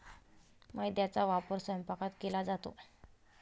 मैद्याचा वापर स्वयंपाकात केला जातो